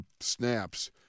snaps